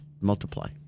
multiply